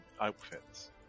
outfits